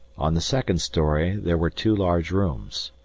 on the second story there were two large rooms.